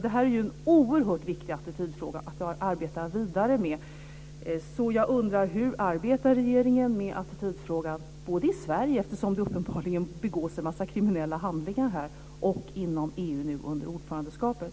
Det här är en oerhört viktig attitydfråga att arbeta vidare med. Så jag undrar: Hur arbetar regeringen med attitydfrågan både i Sverige, eftersom det uppenbarligen begås en massa kriminella handlingar här, och inom EU nu under ordförandeskapet?